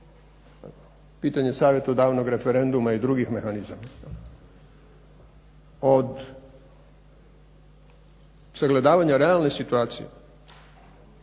pitanje savjetodavnog referenduma i drugih mehanizama od sagledavanja realne situacije